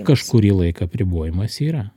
kažkurį laiką apribojimas yra